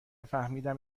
فهمیدم